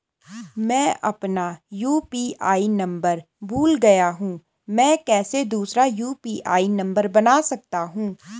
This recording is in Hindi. मैं अपना यु.पी.आई नम्बर भूल गया हूँ मैं कैसे दूसरा यु.पी.आई नम्बर बना सकता हूँ?